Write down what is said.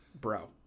bro